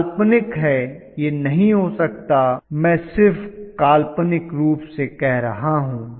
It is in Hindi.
यह काल्पनिक है यह नहीं हो सकता मैं सिर्फ काल्पनिक रूप से कह रहा हूं